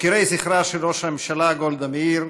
מוקירי זכרה של ראש הממשלה גולדה מאיר,